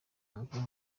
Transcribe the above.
umukinnyi